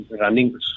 running